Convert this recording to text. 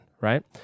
right